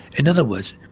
in other words,